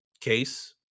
case